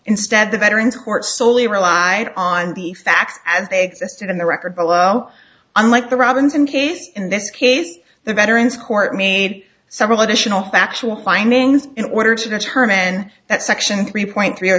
instead the veterans court solely relied on the facts as they exist in the record below unlike the robinson case in this case the veterans court made several additional factual findings in order to determine that section three point three or